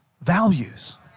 values